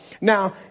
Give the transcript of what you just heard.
now